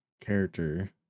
character